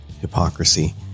hypocrisy